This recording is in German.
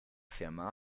firma